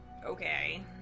Okay